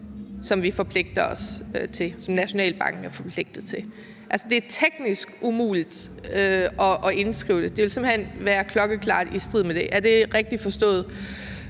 har en fastkurspolitik, som Nationalbanken er forpligtet til? Altså, det er teknisk umuligt at indskrive det, og det ville simpelt hen være klokkeklart i strid med det. Er det rigtigt forstået?